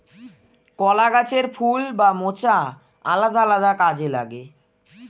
কলা গাছের ফুল বা মোচা আলাদা আলাদা কাজে লাগে